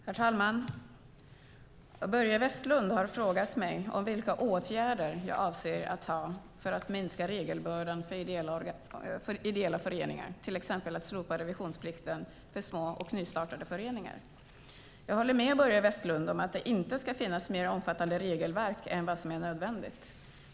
Herr talman! Börje Vestlund har frågat mig vilka åtgärder jag avser att vidta för att minska regelbördan för ideella föreningar, till exempel att slopa revisionsplikten för små och nystartade föreningar. Jag håller med Börje Vestlund om att det inte ska finnas mer omfattande regelverk än vad som är nödvändigt.